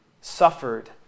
suffered